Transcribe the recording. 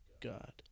God